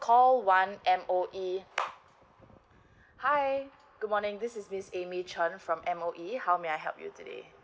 call one M_O_E hi good morning this is miss amy chan from M_O_E how may I help you today